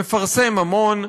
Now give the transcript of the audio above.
מפרסם המון.